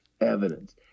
evidence